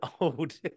old